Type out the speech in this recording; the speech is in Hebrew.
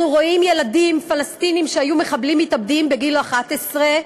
אנחנו רואים ילדים פלסטינים שהיו מחבלים מתאבדים בגיל 11,